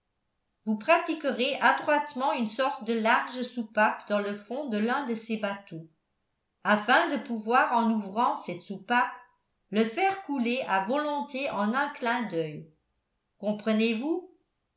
vous pratiquerez adroitement une sorte de large soupape dans le fond de l'un de ces bateaux afin de pouvoir en ouvrant cette soupape le faire couler à volonté en un clin d'oeil comprenez-vous